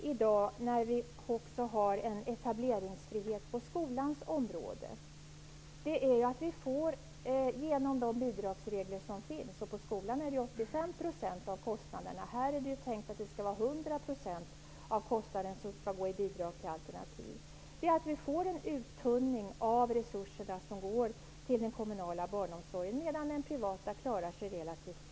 I dag finns också etableringsfrihet på skolans område. På skolans område skall 85 % av kostnaderna vara bidrag vid alternativ. På det här området är det tänkt att det skall vara 100 %. Vi kommer att få en uttunning av de resurser som går till den kommunala barnomsorgen, medan den privata kommer att klara sig relativt bra.